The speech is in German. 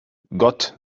gott